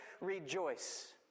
rejoice